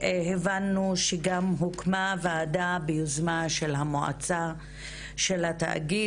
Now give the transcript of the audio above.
הבנו שגם הוקמה ועדה ביוזמה של המועצה של התאגיד.